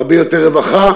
הרבה יותר רווחה,